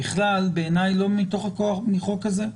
בכלל בעיניי לא מתוך כוח החוק הזה,